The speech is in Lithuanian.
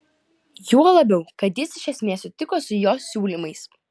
juo labiau kad jis iš esmės sutiko su jo siūlymais